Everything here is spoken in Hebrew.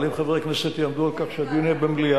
אבל אם חברי הכנסת יעמדו על כך שהדיון יהיה במליאה,